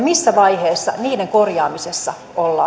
missä vaiheessa niiden korjaamisessa ollaan